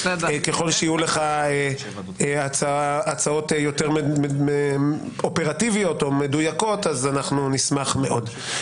ככל שיהיו לך הצעות יותר אופרטיביות או מדויקות אז אנחנו נשמח מאוד.